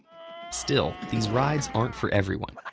still, these rides aren't for everyone.